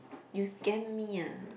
you scam me ah